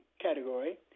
category